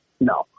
no